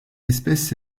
espèce